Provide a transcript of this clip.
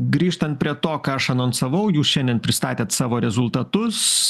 grįžtant prie to ką aš anonsavau jūs šiandien pristatėt savo rezultatus